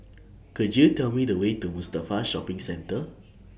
Could YOU Tell Me The Way to Mustafa Shopping Center